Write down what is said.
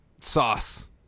sauce